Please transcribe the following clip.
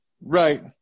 Right